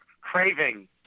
craving